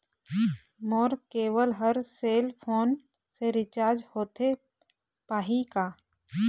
मोर cable हर cell phone से recharge होथे पाही का?